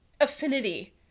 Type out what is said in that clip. affinity